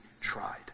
tried